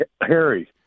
Harry